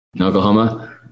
Oklahoma